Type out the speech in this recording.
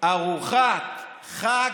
ארוחת חג,